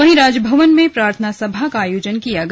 वहीं राजभवन में प्रार्थन सभा का आयोजन किया गया